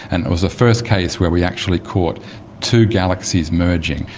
and it was the first case where we actually caught two galaxies merging.